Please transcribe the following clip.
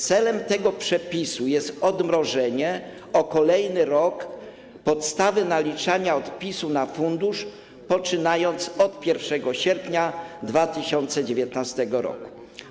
Celem tego przepisu jest odmrożenie o kolejny rok podstawy naliczania odpisu na fundusz, poczynając od 1 sierpnia 2019 r.